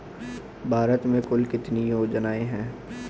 भारत में कुल कितनी योजनाएं हैं?